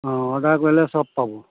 অঁ অৰ্ডাৰ কৰিলে চব পাব